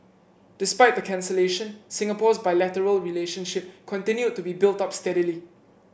despite the cancellation Singapore's bilateral relationship continued to be built up steadily